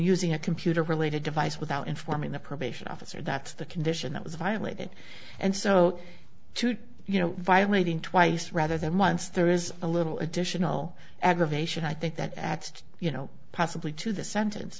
using a computer related device without informing the probation officer that's the condition that was violated and so you know violating twice rather than once there is a little additional aggravation i think that adds you know possibly to